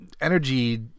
energy